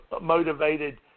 motivated